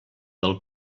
del